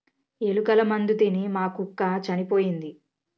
ఎలుకల మందు తిని మా కుక్క చనిపోయింది